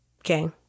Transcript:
Okay